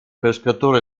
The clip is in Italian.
pescatore